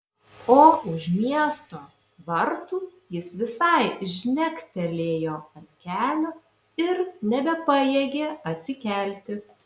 o už miesto vartų jis visai žnektelėjo ant kelio ir nebepajėgė atsikelti